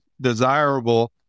desirable